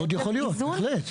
מאוד יכול להיות, בהחלט.